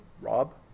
Rob